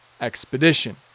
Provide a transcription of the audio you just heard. Expedition